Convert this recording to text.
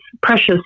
precious